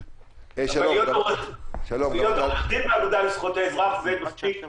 להיות עורך-דין באגודה לזכויות האזרח זה מספיק נכבד.